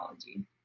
technology